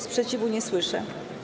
Sprzeciwu nie słyszę.